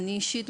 אני אישית,